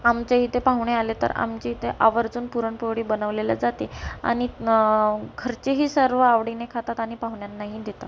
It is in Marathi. आमच्या इथे पाहुणे आले तर आमच्या इथे आवर्जून पुरणपोळी बनवलेल्या जाते आणि घरचेही सर्व आवडीने खातात आणि पाहुण्यांनाही देतात